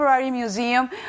museum